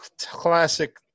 classic